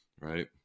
Right